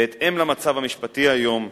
בהתאם למצב המשפטי היום,